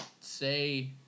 say